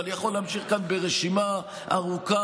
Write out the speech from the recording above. ואני יכול להמשיך כאן ברשימה ארוכה